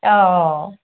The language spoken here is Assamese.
অ অ